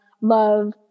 love